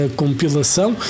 compilação